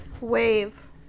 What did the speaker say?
wave